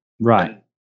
Right